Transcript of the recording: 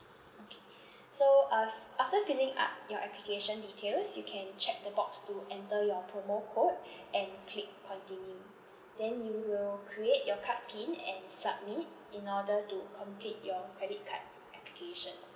okay so uh f~ after filling up your application details you can check the box to enter your promo code and click continue then you will create your card pin and submit in order to complete your credit card application